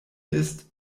ist